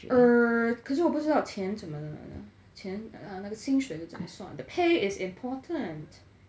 err 可是我不知道钱怎么来的钱 err 那个薪水是怎么算 the pay is important